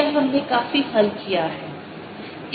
यह हमने काफी हल किया है